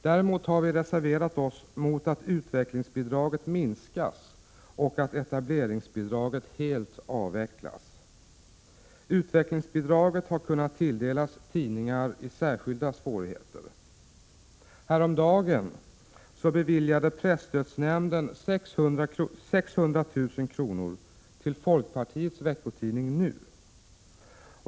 Däremot har vi reserverat oss mot att utvecklingsbidraget minskas och att etableringsbidraget helt avvecklas. Utvecklingsbidraget har kunnat tilldelas tidningar i särskilda svårigheter. Häromdagen beviljade presstödsnämnden 600 000 kr. till folkpartiets veckotidning NU.